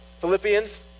Philippians